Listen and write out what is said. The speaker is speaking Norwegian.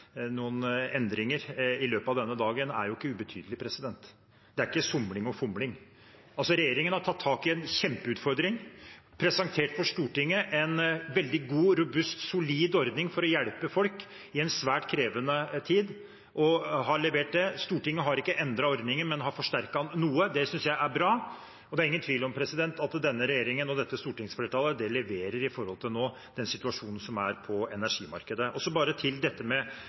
noen endringer i løpet av denne dagen er ikke ubetydelig. Det er ikke somling og fomling. Regjeringen har tatt tak i en kjempeutfordring, presentert for Stortinget en veldig god, robust, solid ordning for å hjelpe folk i en svært krevende tid – og har levert det. Stortinget har ikke endret ordningen, men har forsterket den noe. Det synes jeg er bra. Det er ingen tvil om at denne regjeringen og dette stortingsflertallet nå leverer med hensyn til den situasjonen som er på energimarkedet. Så til dette